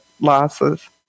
losses